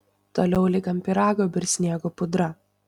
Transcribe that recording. toliau lyg ant pyrago birs sniego pudra